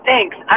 Thanks